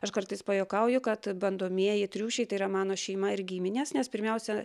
aš kartais pajuokauju kad bandomieji triušiai tai yra mano šeima ir giminės nes pirmiausia